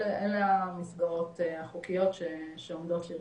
אלה המסגרות החוקיות שעומדות לרשותה,